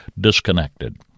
disconnected